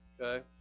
Okay